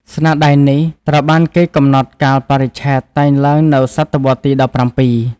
ស្នាដៃនេះត្រូវបានគេកំណត់កាលបរិច្ឆេទតែងឡើងនៅសតវត្សរ៍ទី១៧។